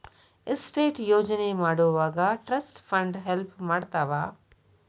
estate ಯೋಜನೆ ಮಾಡೊವಾಗ trust fund help ಮಾಡ್ತವಾ